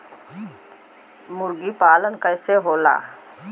मुर्गी पालन कैसे होला?